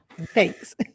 Thanks